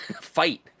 fight